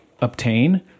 obtain